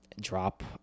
Drop